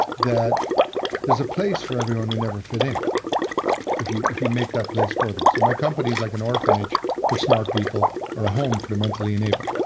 that there's a place for everyone who never fit in if you if you make that place for them. so my company is like an orphanage for smart people or a home for the mentally enabled.